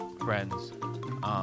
friends